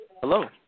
Hello